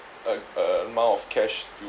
uh uh amount of cash to